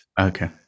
Okay